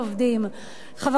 חברי חברי הכנסת,